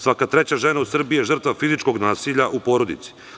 Svaka treća žena u Srbiji je žrtva fizičkog nasilja u porodici.